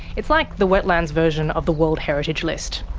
it's like the wetlands version of the world heritage list.